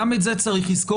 גם את זה צריך לזכור.